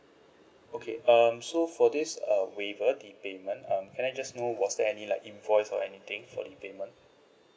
okay um so for this uh waiver the payment um can I just know was there any like invoice or anything for the payment